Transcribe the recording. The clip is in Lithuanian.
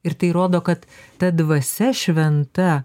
ir tai rodo kad ta dvasia šventa